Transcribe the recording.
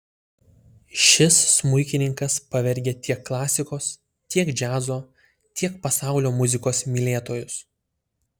šis smuikininkas pavergia tiek klasikos tiek džiazo tiek pasaulio muzikos mylėtojus